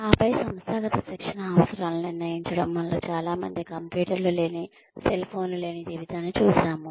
ఆపై సంస్థాగత శిక్షణ అవసరాలను నిర్ణయించడం మనలో చాలా మంది కంప్యూటర్లు లేని సెల్ ఫోన్లు లేని జీవితాన్ని చూశాము